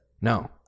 No